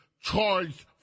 charged